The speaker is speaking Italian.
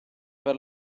per